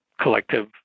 collective